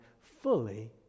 fully